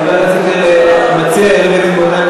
חבר הכנסת המציע, יריב לוין, מעוניין